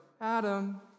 Adam